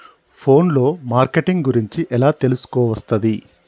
Phone లో marketing గురించి ఎలా తెలుసుకోవస్తది?